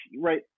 right –